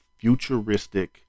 futuristic